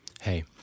Hey